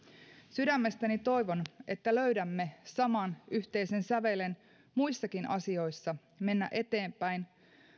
sydämestäni toivon että löydämme saman yhteisen sävelen muissakin asioissa mennä eteenpäin